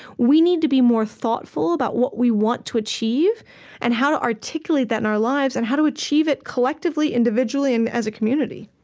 we need to be more thoughtful about what we want to achieve and how to articulate that in our lives and how to achieve it collectively, individually, and as a community